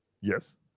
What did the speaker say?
Yes